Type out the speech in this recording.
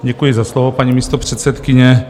Děkuji za slovo, paní místopředsedkyně.